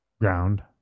ground